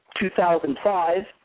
2005